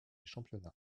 championnats